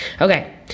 okay